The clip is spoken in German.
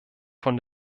von